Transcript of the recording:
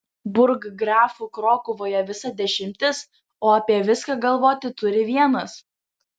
burggrafų krokuvoje visa dešimtis o apie viską galvoti turi vienas